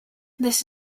this